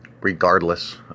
regardless